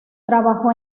trabajó